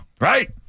Right